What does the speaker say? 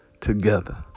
together